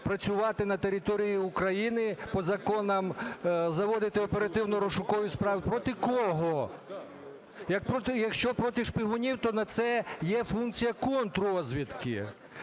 працювати на території України, по законам заводити оперативно-розшукові справи? Проти кого? Як що проти шпигунів, то на це є функція контррозвідки.